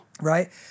Right